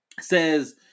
says